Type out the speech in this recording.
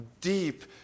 deep